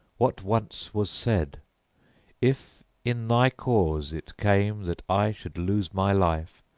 what once was said if in thy cause it came that i should lose my life,